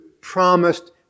promised